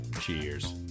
Cheers